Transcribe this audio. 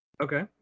Okay